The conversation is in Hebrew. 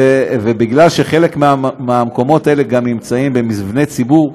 ומכיוון שחלק מהמקומות האלה גם נמצאים במבני ציבור,